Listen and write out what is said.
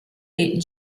est